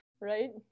right